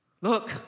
Look